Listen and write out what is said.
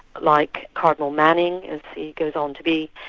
like cardinal manning, as he goes on to be,